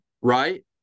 right